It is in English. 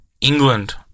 England